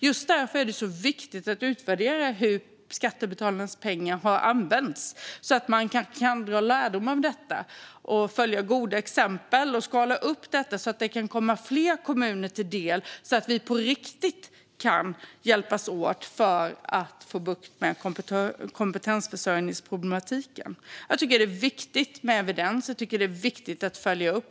Just därför är det viktigt att utvärdera hur skattebetalarnas pengar har använts för att kunna dra lärdom av det, följa goda exempel och skala upp detta så att det kan komma fler kommuner till del och så att vi på riktigt kan hjälpas åt för att få bukt med kompetensförsörjningsproblematiken. Jag tycker att det är viktigt med evidens. Jag tycker att det är viktigt att följa upp.